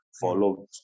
Follow